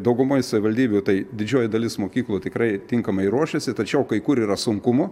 daugumoj savivaldybių tai didžioji dalis mokyklų tikrai tinkamai ruošėsi tačiau kai kur yra sunkumų